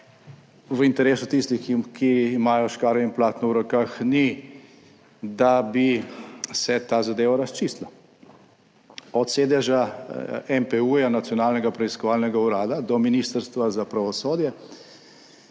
v interesu tistih, ki imajo škarje in platno v rokah ni, da bi se ta zadeva razčistila, od sedeža NPU, Nacionalnega preiskovalnega urada do Ministrstva za pravosodje,